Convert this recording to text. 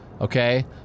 Okay